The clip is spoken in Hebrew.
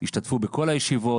הם השתתפו בכל הישיבות,